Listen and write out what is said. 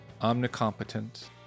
omnicompetent